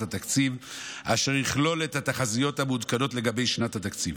התקציב אשר יכלול את התחזיות המעודכנות לגבי שנת התקציב.